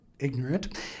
ignorant